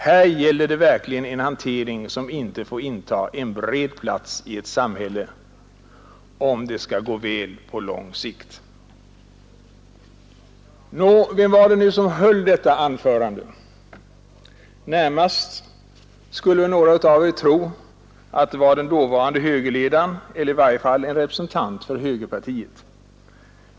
Här gäller det verkligen en hantering som inte får inta en bred plats i ett samhälle, om det skall gå väl på lång sikt.” Nå, vem var det nu som höll detta anförande? Några av er skulle väl närmast tro att det var den dåvarande högerledaren eller i varje fall en representant för högerpartiet.